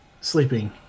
sleeping